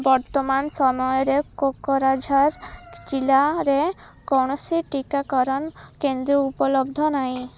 ବର୍ତ୍ତମାନ ସମୟରେ କୋକରାଝାର ଜିଲ୍ଲାରେ କୌଣସି ଟିକାକରଣ କେନ୍ଦ୍ର ଉପଲବ୍ଧ ନାହିଁ